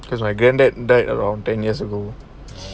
because my grand dad died around ten years ago